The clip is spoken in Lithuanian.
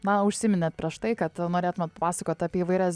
na užsiminėt prieš tai kad norėtumėt papasakot apie įvairias